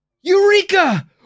Eureka